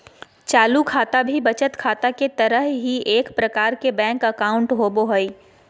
चालू खाता भी बचत खाता के तरह ही एक प्रकार के बैंक अकाउंट होबो हइ